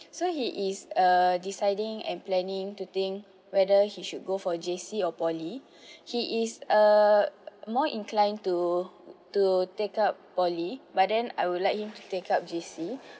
so he is uh deciding and planning to think whether he should go for J_C or poly he is uh more incline to to take up poly but then I'll like him to take up J_C